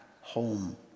home